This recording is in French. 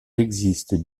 existe